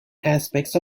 aspects